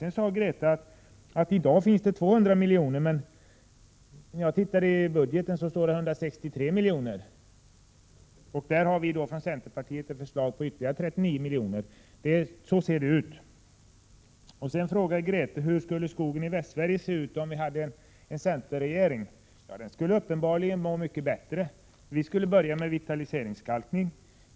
Sedan sade Grethe Lundblad att i dag finns det 200 milj.kr., men jag har tittat i budgeten och där står det 163 miljoner, och där har vi då från centerpartiet ett förslag på ytterligare 39 miljoner. Så ser det ut. Sedan frågade Grethe Lundblad hur skogen i Västsverige skulle se ut om vi hade en centerregering. Jo, den skulle uppenbarligen må mycket bättre. Vi skulle börja med vitaliseringskalkning.